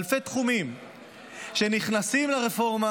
אלפי תחומים שנכנסים לרפורמה.